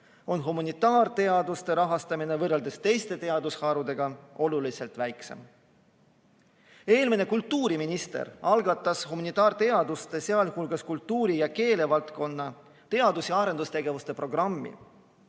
on humanitaarteaduste rahastamine võrreldes teiste teadusharudega oluliselt väiksem. Eelmine kultuuriminister algatas humanitaarteaduste, sealhulgas kultuuri- ja keelevaldkonna teadus- ja arendustegevuse programmi,